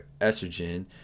estrogen